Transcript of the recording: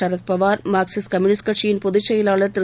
Sharad Pawar Marxist communist கட்சி பொதுச் செயலாளர் திரு